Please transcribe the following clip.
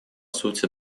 сути